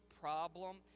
problem